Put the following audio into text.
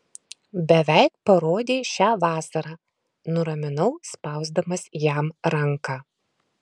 beveik parodei šią vasarą nuraminau spausdamas jam ranką